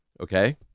Okay